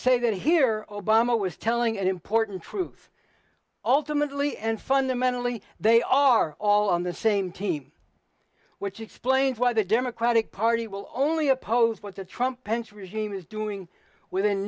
say that here obama was telling an important truth ultimately and fundamentally they are all on the same team which explains why the democratic party will only oppose what the trump pence regime is doing with